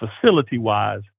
facility-wise